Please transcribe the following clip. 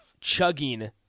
chugging